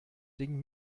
ding